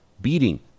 beating